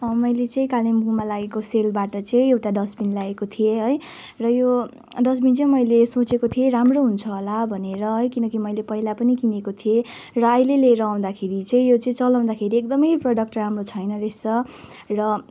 मैले चाहिँ कालिम्पोङमा लागेको एउटा सेलबाट चाहिँ एउटा डस्टबिन ल्याएको थिएँ है र यो डस्टबिन चाहिँ मैले सोचेको थिएँ राम्रो हुन्छ होला भनेर है किनकि मैले पहिला पनि किनेको थिएँ र अहिले लिएर आउँदाखेरि चाहिँ यो चाहिँ चलाउँदाखेरि एकदमै प्रडक्ट राम्रो छैन रहेछ र